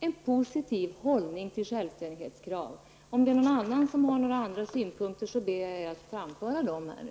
Om det finns någon som har andra synpunkter än att vi skall ha en positiv hållning till självständighetskraven ber jag er att framföra dem nu.